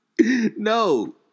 No